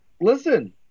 listen